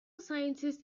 scientist